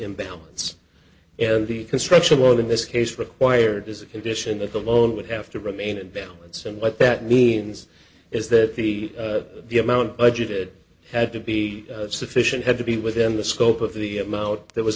imbalance and the construction loan in this case required as a condition that the loan would have to remain in balance and what that means is that the the amount budgeted had to be sufficient had to be within the scope of the amount that was